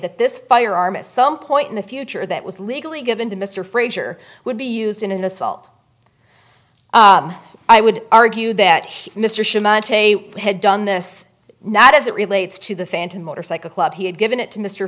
that this firearm at some point in the future that was legally given to mr frazier would be used in an assault i would argue that he mr a had done this not as it relates to the phantom motorcycle club he had given it to mr